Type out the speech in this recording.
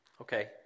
Okay